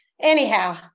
Anyhow